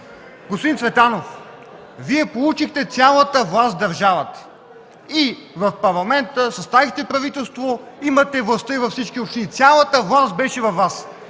Господин Цветанов, Вие получихте цялата власт в държавата и в Парламента – съставихте правителство. Имахте властта и във всички общини. Цялата власт беше във Вас!